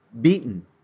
beaten